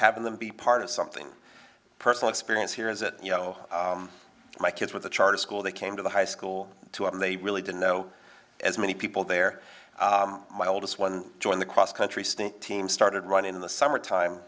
having them be part of something personal experience here is that you know my kids with the charter school they came to the high school too and they really didn't know as many people there my oldest one joined the cross country stink team started running in the summertime